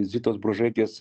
zitos bružaitės